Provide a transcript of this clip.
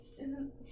Isn't-